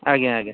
ଆଜ୍ଞା ଆଜ୍ଞା